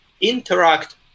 interact